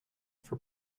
for